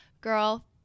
Girl